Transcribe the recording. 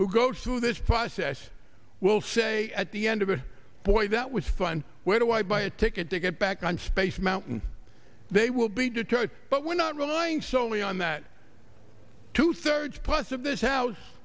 who goes through this process will say at the end of a boy that was fun where do i buy a ticket to get back on space mountain they will be deterred but we're not relying solely on that two thirds plus of this house